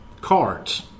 cards